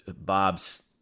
Bob's